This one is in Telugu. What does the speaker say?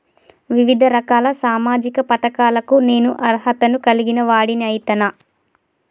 వివిధ రకాల సామాజిక పథకాలకు నేను అర్హత ను కలిగిన వాడిని అయితనా?